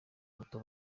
muto